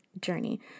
journey